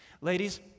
Ladies